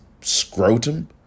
scrotum